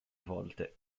volte